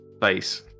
face